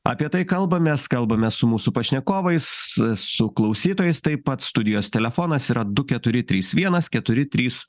apie tai kalbamės kalbamės su mūsų pašnekovais su klausytojais taip pat studijos telefonas yra du keturi trys vienas keturi trys